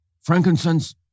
frankincense